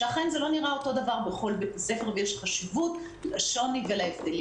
ואכן זה לא נראה אותו דבר בכל בית ספר ויש חשיבות לשוני ולהבדלים,